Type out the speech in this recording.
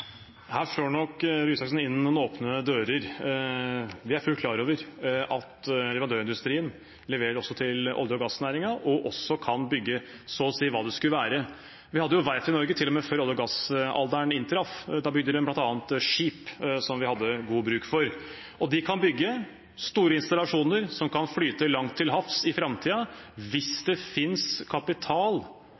Her slår nok statsråd Røe Isaksen inn noen åpne dører. Vi er fullt ut klar over at leverandørindustrien også leverer til olje- og gassnæringen og også kan bygge så å si hva det skulle være. Vi hadde jo verft i Norge til og med før olje- og gassalderen inntraff. Da bygde de bl.a. skip, som vi hadde god bruk for. De kan bygge store installasjoner som kan flyte langt til havs i framtiden, hvis det finnes kapital